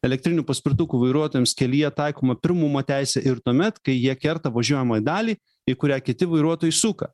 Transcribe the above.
elektrinių paspirtukų vairuotojams kelyje taikoma pirmumo teisė ir tuomet kai jie kerta važiuojamąją dalį į kurią kiti vairuotojai suka